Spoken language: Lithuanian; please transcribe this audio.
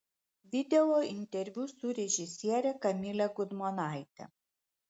video interviu su režisiere kamile gudmonaite